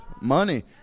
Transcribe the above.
money